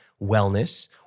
wellness